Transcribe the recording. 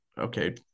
okay